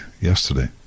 yesterday